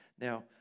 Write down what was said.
Now